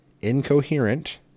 incoherent